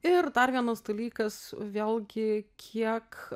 ir dar vienas dalykas vėlgi kiek